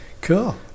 Cool